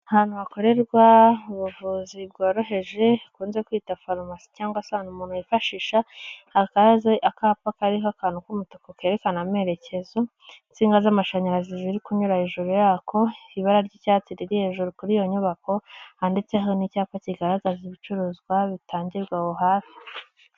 ahantu hakorerwa ubuvuzi bworoheje hakunze kwita farumasi cyangwa se umuntu wifashisha akaza akapa kariho'akantu k'umutaka kerekana amerekezosininka z'amashanyarazi ziri kunyura hejuru yako ibara ry'icyatsi riri hejuru kuri iyo nyubako handitseho n'icyapa kigaragaza ibicuruzwa bitangirwa aho hafi